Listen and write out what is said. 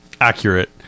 accurate